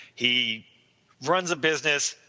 he runs a business,